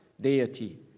deity